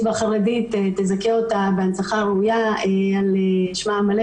והחרדית תזכה אותה בהנצחה הראויה עם שמה המלא.